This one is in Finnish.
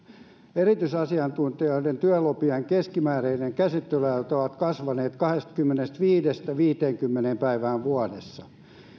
erityisasiantuntijoiden työlupien keskimääräiset käsittelyajat ovat kasvaneet kahdestakymmenestäviidestä viiteenkymmeneen päivään vuodessa